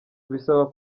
bisaba